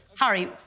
Harry